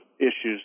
issues